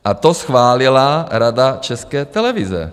A to schválila Rada České televize.